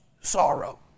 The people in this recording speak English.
sorrow